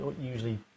usually